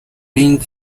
being